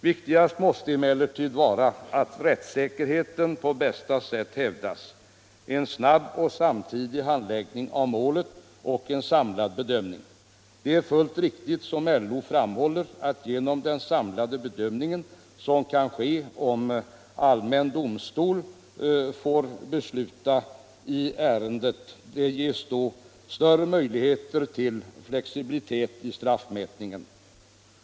Viktigast måste emellertid vara att rättssäkerheten på bästa sätt hävdas samt att man får en snabb och smidig handläggning av målet och en samlad bedömning. Det är fullt riktigt som LO framhåller att det genom den samlade bedömning som kan ske om allmän domstol får besluta i ärendet ges större möjligheter till flexibilitet i straffutmätningen.